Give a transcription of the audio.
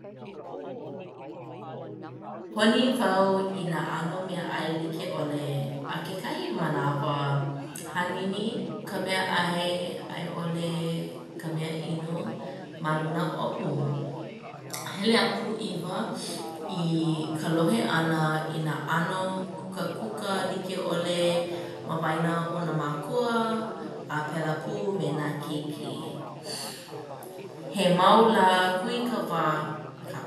Honi wau i nā ʻano meaʻai like ʻole a kekahi manawa hanini ka meaʻai a i ʻole ka mea inu ma luna oʻu. Hele a pūʻiwa i ka lohe ʻana i nā ʻano kūkākūkā like ʻole ma waena o nā mākua a pēlā pū me nā keiki. He mau lā kuikawā kaʻu.